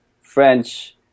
French